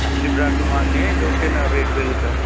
అన్ని బ్రాండ్లు మారాయా ఇదొక్కటేనా రేటు పెరుగుతా